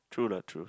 true lah true